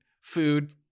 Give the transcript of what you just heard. food